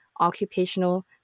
occupational